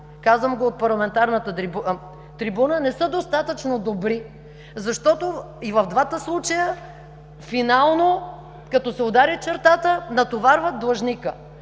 казвам го от парламентарната трибуна, не са достатъчно добри, защото и в двата случая, финално, като се удари чертата, натоварват длъжника.